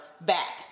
back